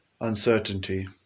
uncertainty